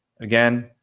again